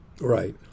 right